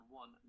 one